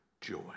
joy